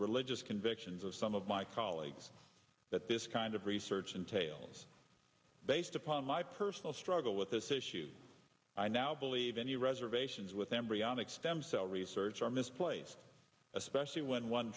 religious convictions of some of my colleagues that this kind of research entails based upon my personal struggle with this issue i now believe any reservations with embryonic stem cell research are miss place especially when one